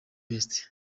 best